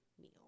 meal